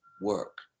work